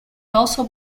also